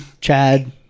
Chad